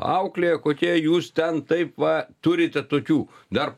auklėja kokie jūs ten taip va turite tokių dar